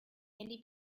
mieli